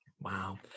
Wow